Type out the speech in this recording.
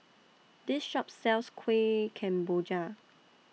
This Shop sells Kuih Kemboja